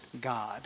God